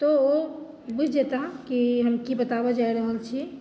तऽ ओ बुझि जेताह कि हम की बताबऽ चाहि रहल छी